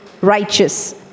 righteous